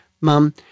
mum